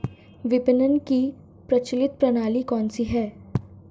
विपणन की प्रचलित प्रणाली कौनसी है?